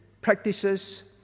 practices